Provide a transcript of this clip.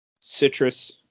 Citrus